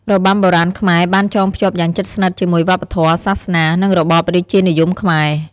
របាំបុរាណខ្មែរបានចងភ្ជាប់យ៉ាងជិតស្និទ្ធជាមួយវប្បធម៌ សាសនា និងរបបរាជានិយមខ្មែរ។